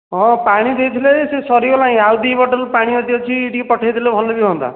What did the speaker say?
ହଁ ପାଣି ଦେଇଥିଲେ ଯେ ସେ ସରିଗଲାଣି ଆଉ ଦୁଇ ବଟଲ୍ ପାଣି ଯଦି ଅଛି ଟିକିଏ ପଠେଇଦେଲେ ଭଲ ବି ହୁଅନ୍ତା